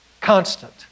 constant